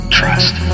trust